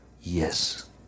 yes